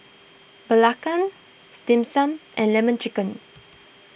Belacan Dim Sum and Lemon Chicken